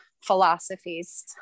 philosophies